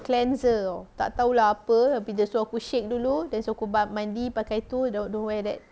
cleanser [tau] tak tahu apa lah apa tapi dia suruh aku shake dulu dia suruh aku mandi pakai tu don~ don't wear that